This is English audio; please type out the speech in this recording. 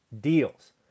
deals